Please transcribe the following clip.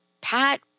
Pat